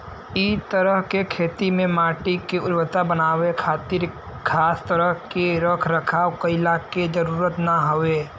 इ तरह के खेती में माटी के उर्वरता बनावे खातिर खास तरह के रख रखाव कईला के जरुरत ना हवे